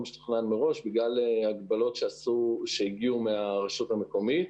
שהיה צריך להיות בגלל הגבלות שהגיעו מהרשות המקומית.